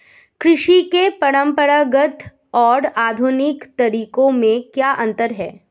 कृषि के परंपरागत और आधुनिक तरीकों में क्या अंतर है?